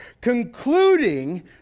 concluding